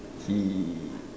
he